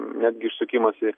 netgi iš sukimosi